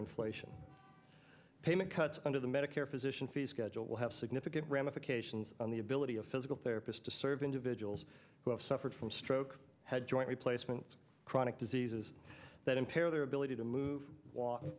inflation payment cuts under the medicare physician fee schedule will have significant ramifications on the ability of physical therapist to serve individuals who have suffered from stroke had joint replacement chronic diseases that impair their ability to move wa